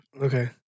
Okay